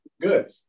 Good